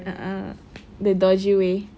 a'ah the dodgy way